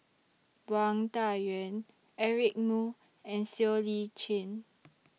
Wang Dayuan Eric Moo and Siow Lee Chin